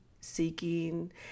seeking